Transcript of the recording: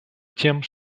тем